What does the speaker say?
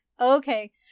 okay